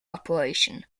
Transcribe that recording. operation